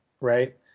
right